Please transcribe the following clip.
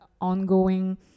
ongoing